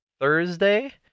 Thursday